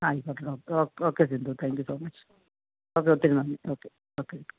ആയിക്കോട്ടെ okay okay Sindhu thank you so much okay ഒത്തിരി നന്ദി ഒക്കെ ഒക്കെ